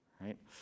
right